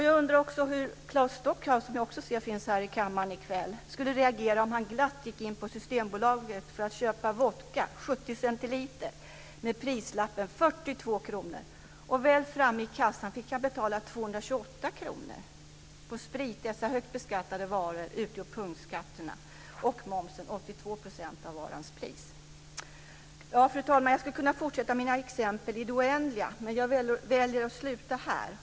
Jag undrar också hur Claes Stockhaus, som jag också ser finns här i kammaren, skulle reagera om han glatt gick in på Systembolaget för att köpa 70 Men väl framme vid kassan fick han betala 228 kr. På sprit, denna högt beskattade vara, utgör punktskatterna och momsen 82 % av varans pris. Jag skulle kunna fortsätta i det oändliga att räkna upp exempel, men jag väljer att sluta här.